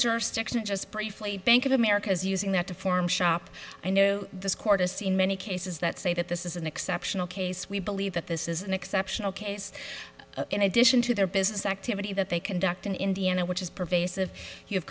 jurisdiction just briefly bank of america is using that to form shop i knew the score to see in many cases that say that this is an exceptional case we believe that this is an exceptional case in addition to their business activity that they conduct in indiana which is pervasive he have